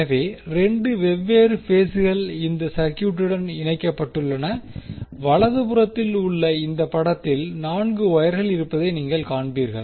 எனவே 2 வெவ்வேறு பேஸ்கள் இந்த சர்க்யூட்டுடன் இணைக்கப்பட்டுள்ளன வலதுபுறத்தில் உள்ள இந்தபடத்தில் 4 வொயர்கள் இருப்பதை நீங்கள் காண்பீர்கள்